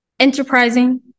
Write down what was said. Enterprising